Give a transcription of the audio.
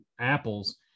apples